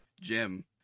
Jim